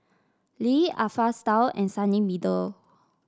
Lee Alpha Style and Sunny Meadow